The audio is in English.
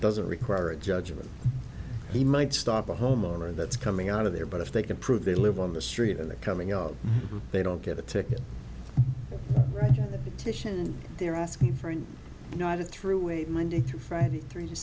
doesn't require a judgment he might stop a homeowner that's coming out of there but if they can prove they live on the street and they're coming out they don't get a ticket right titian they're asking for and not a through wait minding through friday three